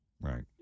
Right